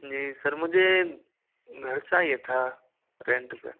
जी sir मुझे घर चाहिए था रेंट पे